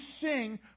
sing